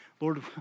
Lord